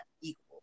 equal